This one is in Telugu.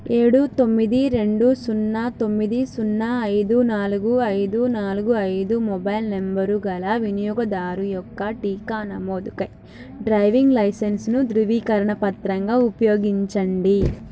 ఏడు తొమ్మిది రెండు సున్నా తొమ్మిది సున్నా ఐదు నాలుగు ఐదు నాలుగు ఐదు మొబైల్ నంబరు గల వినియోగదారు యొక్క టీకా నమోదుకై డ్రైవింగ్ లైసెన్సును ధృవీకరణ పత్రంగా ఉపయోగించండి